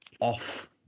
off